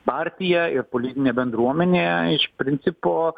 partija ir politinė bendruomenė iš principo